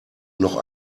noch